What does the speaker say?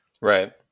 Right